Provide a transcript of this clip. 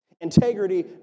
Integrity